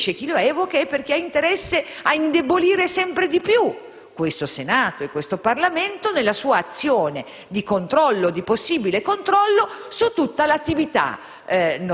chi lo dice e chi lo evoca è perché ha interesse ad indebolire sempre più questo Senato e questo Parlamento nella sua azione di controllo, di possibile controllo sull'intera attività